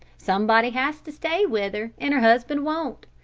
somebody has to stay with her, and her husband won't.